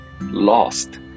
lost